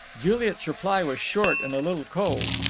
juliet's reply was short and a little cold.